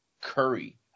Curry